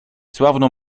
sławną